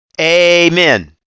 amen